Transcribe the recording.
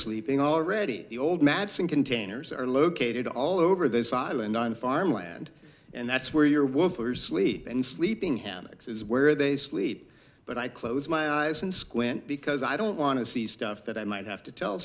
sleeping already the old madison containers are located all over this island and farmland and that's where your wolfers sleep and sleeping him next is where they sleep but i close my eyes and squint because i don't want to see stuff that i might have to tell